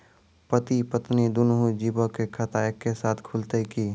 पति पत्नी दुनहु जीबो के खाता एक्के साथै खुलते की?